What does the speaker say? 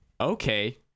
okay